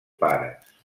pares